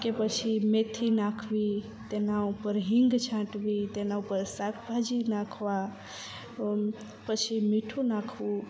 કે પછી મેથી નાખવી તેના ઉપર હિંગ છાંટવી તેના ઉપર શાકભાજી નાખવા પછી મીઠું નાખવું